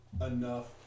enough